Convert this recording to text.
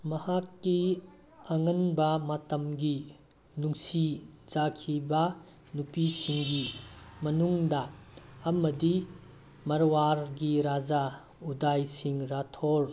ꯃꯍꯥꯛꯀꯤ ꯑꯉꯟꯕ ꯃꯇꯝꯒꯤ ꯅꯨꯡꯁꯤ ꯆꯥꯈꯤꯕ ꯅꯨꯄꯤꯁꯤꯡꯒꯤ ꯃꯅꯨꯡꯗ ꯑꯃꯗꯤ ꯃꯔꯋꯥꯔꯤꯒꯤ ꯔꯥꯖꯥ ꯎꯗꯥꯏꯁꯤꯡ ꯔꯥꯊꯣꯔ